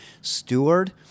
Steward